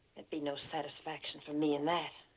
be no satisfaction for me in that.